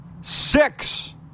Six